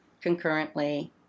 concurrently